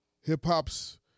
hip-hop's